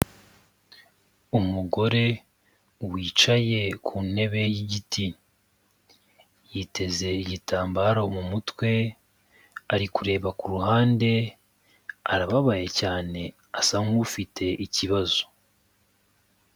Umugore wicaye ku ntebe y'igiti, yiteze igitambaro mu mutwe, ari kureba ku ruhande, arababaye cyane asa nk'ufite ikibazo.